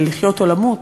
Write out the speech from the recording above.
של לחיות או למות,